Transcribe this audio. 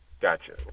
Gotcha